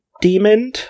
demon